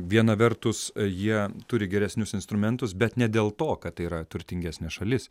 viena vertus jie turi geresnius instrumentus bet ne dėl to kad tai yra turtingesnė šalis